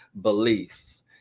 beliefs